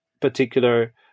particular